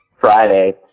Friday